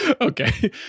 Okay